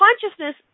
consciousness